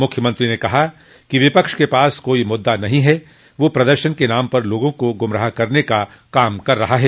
मुख्यमंत्री ने कहा कि विपक्ष के पास काई मुद्दा नहीं है वह प्रदर्शन के नाम पर लोगों को गुमराह करने का काम कर रहा है